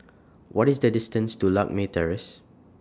What IS The distance to Lakme Terrace